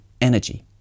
energy